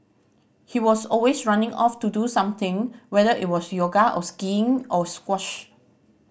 he was always running off to do something whether it was yoga or skiing or squash